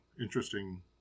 interesting